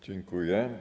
Dziękuję.